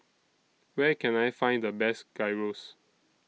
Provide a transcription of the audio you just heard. Where Can I Find The Best Gyros